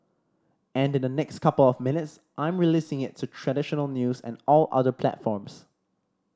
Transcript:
and in the next couple of minutes I'm releasing it to traditional news and all other platforms